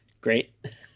Great